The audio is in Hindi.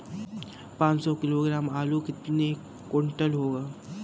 पाँच सौ किलोग्राम आलू कितने क्विंटल होगा?